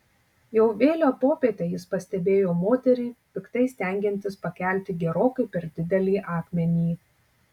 jau vėlią popietę jis pastebėjo moterį piktai stengiantis pakelti gerokai per didelį akmenį